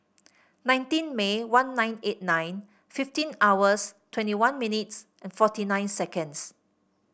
nineteen May one nine eight nine fifteen hours twenty one minutes and forty nine seconds